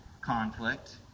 conflict